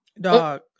dog